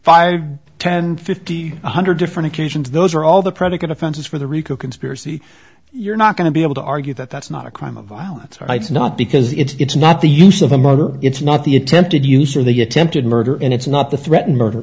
five ten fifty one hundred different occasions those are all the predicate offenses for the rico conspiracy you're not going to be able to argue that that's not a crime of violence it's not because it's not the use of a motor it's not the attempted use or the attempted murder and it's not the threaten murder